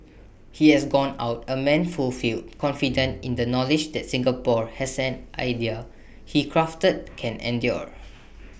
he has gone out A man fulfilled confident in the knowledge that Singapore as an idea he crafted can endure